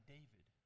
David